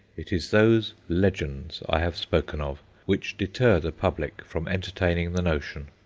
it is those legends, i have spoken of which deter the public from entertaining the notion.